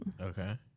Okay